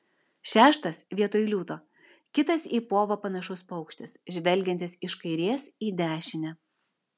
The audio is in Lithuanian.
šeštas vietoj liūto kitas į povą panašus paukštis žvelgiantis iš kairės į dešinę